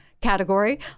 category